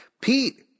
Pete